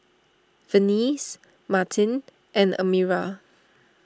Venice Martin and Amira